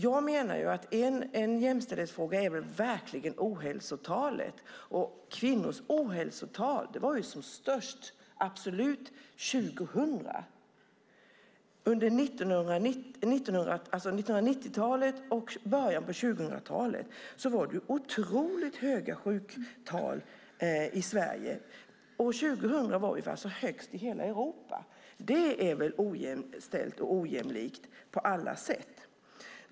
Jag menar att en jämställdhetsfråga är väl verkligen ohälsotalet, och kvinnors ohälsotal var absolut som störst år 2000. På 1990-talet och början på 2000-talet var det otroligt höga sjuktal i Sverige. År 2000 var de högst i hela Europa. Det är väl ojämställt och ojämlikt på alla sätt?